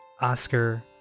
Oscar